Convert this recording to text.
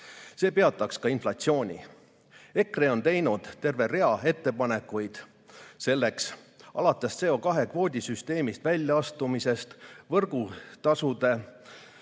See peataks ka inflatsiooni. EKRE on teinud selleks terve rea ettepanekuid alates CO2kvoodi süsteemist väljaastumisest, võrgutasude